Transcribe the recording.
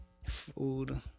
Food